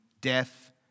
death